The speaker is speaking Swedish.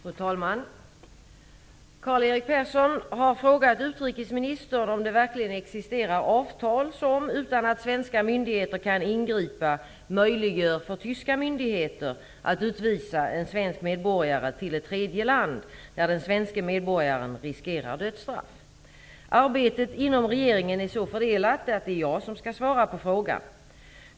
Fru talman! Karl-Erik Persson har frågat utrikesministern om det verkligen existerar avtal som, utan att svenska myndigheter kan ingripa, möjliggör för tyska myndigheter att utvisa en svensk medborgare till ett tredje land där den svenska medborgaren riskerar dödsstraff. Arbetet inom regeringen är så fördelat att det är jag som skall svara på frågan.